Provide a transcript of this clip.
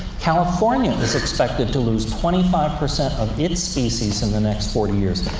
california is expected to lose twenty five percent of its species in the next forty years.